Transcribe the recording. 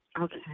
Okay